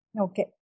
Okay